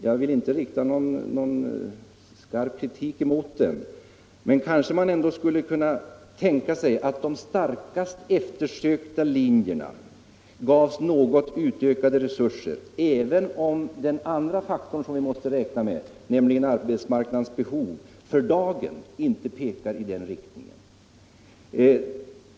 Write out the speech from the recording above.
Jag vill inte rikta någon skarp kritik mot den, men kanske man ändå skulle kunna tänka sig att de mest eftersökta linjerna gavs något utökade resurser även om den andra faktorn vi måste räkna med, nämligen arbetsmarknadens behov, inte för dagen pekar i den riktningen.